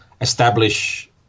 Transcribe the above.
establish